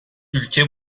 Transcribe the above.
ülke